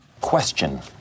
Question